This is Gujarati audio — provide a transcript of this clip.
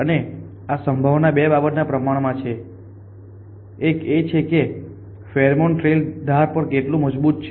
અને સંભાવના બે બાબતોના પ્રમાણમાં છે એક એ છે કે ફેરોમોન ટ્રેઇલ ધાર પર કેટલું મજબૂત છે